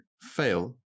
fail